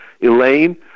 Elaine